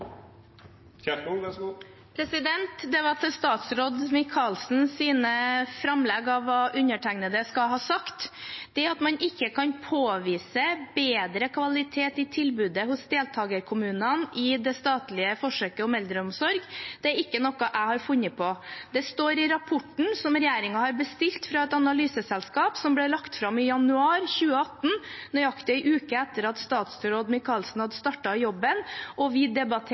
Det var til statsråd Michaelsens framlegg av hva undertegnede skal ha sagt. Det at man ikke kan påvise bedre kvalitet i tilbudet hos deltakerkommunene i det statlige forsøket om eldreomsorg, er ikke noe jeg har funnet på. Det står i rapporten som regjeringen har bestilt fra et analyseselskap som ble lagt fram i januar 2018, nøyaktig en uke etter at statsråd Michaelsen hadde startet i jobben. Vi